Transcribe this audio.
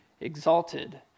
exalted